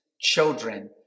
children